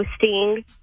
posting